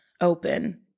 open